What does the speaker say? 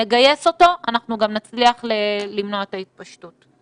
אני זה שארגנתי את ההפגנה של הטניס בסגר הקודם,